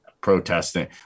protesting